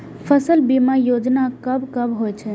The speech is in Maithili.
फसल बीमा योजना कब कब होय छै?